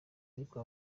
ariko